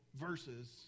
verses